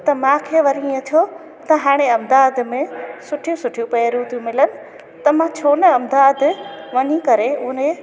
त मूंखे वरी ईअं थियो त हाणे अहमदाबाद में सुठियूं सुठियूं पैरियूं थियूं मिलनि त मां छो न अहमदाबाद वञी करे उहे